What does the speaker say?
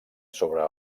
sobre